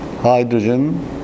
Hydrogen